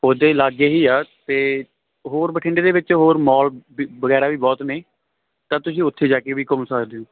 ਉਹਦੇ ਲਾਗੇ ਹੀ ਆ ਅਤੇ ਹੋਰ ਬਠਿੰਡੇ ਦੇ ਵਿੱਚ ਹੋਰ ਮਾਲ ਵੀ ਵਗੈਰਾ ਵੀ ਬਹੁਤ ਨੇ ਤਾਂ ਤੁਸੀਂ ਉੱਥੇ ਜਾ ਕੇ ਵੀ ਘੁੰਮ ਸਕਦੇ ਹੋ